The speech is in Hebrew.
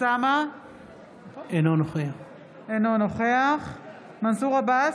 אינו נוכח מנסור עבאס,